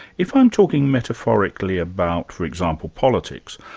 if i'm talking metaphorically about, for example, politics,